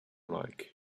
like